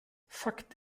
fakt